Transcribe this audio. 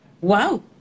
Wow